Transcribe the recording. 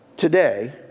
Today